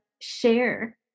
share